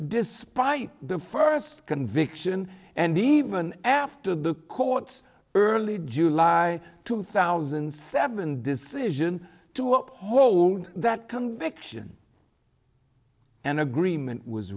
despite the first conviction and even after the court's early july two thousand and seven decision to what hold that conviction an agreement was